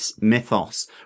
mythos